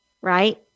right